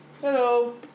Hello